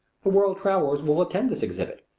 the world-travellers will attend this exhibit,